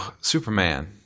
Superman